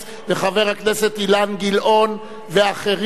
חבר הכנסת אילן גילאון ואחרים,